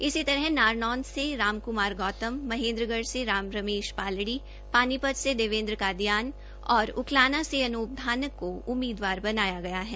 इसी तरह नारनौंद से राम कुमार गौतम महेंन्द्रगढ़ से राव रमेश पालड़ी पानीपत से देवेंद्र कादियान और उकलाना से अनूप धानक को उम्मीदवार बनाया गया है